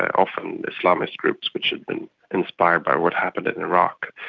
often islamist groups which had been inspired by what happened in iraq.